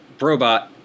robot